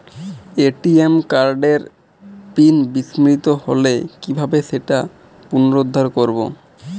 ATM কার্ডের PIN বিস্মৃত হলে কীভাবে সেটা পুনরূদ্ধার করব?